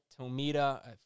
Tomita